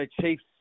Chiefs